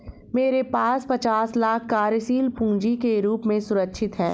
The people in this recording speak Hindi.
मेरे पास पचास लाख कार्यशील पूँजी के रूप में सुरक्षित हैं